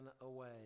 away